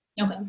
okay